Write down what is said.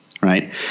right